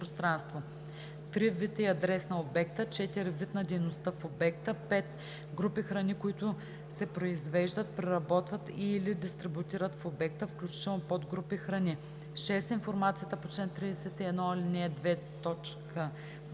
3. вид и адрес на обекта; 4. вид на дейността в обекта; 5. групи храни, които се произвеждат, преработват и/или дистрибутират в обекта, включително подгрупи храни; 6. информацията по чл. 31, ал.